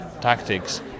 tactics